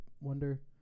wonder